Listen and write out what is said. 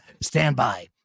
Standby